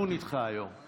מתון איתך היום.